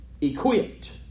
equipped